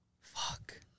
Fuck